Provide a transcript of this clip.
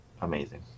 amazing